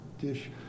dish